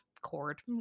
cord